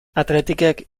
athleticek